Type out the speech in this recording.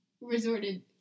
Resorted